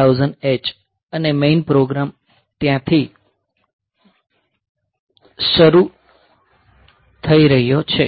ORG 8000 H અને main programme ત્યાંથી શરૂ થઈ રહ્યો છે